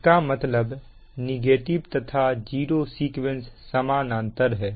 इसका मतलब नेगेटिव तथा जीरो सीक्वेंस समानांतर है